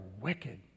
wicked